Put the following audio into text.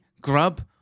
grub